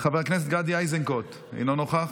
חברת הכנסת שלי טל מירון, אינה נוכחת,